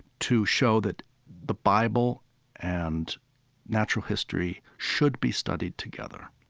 to show that the bible and natural history should be studied together